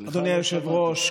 אדוני היושב-ראש,